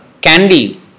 candy